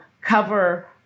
cover